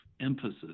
emphasis